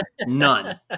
none